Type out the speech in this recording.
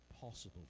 possible